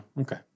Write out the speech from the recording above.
okay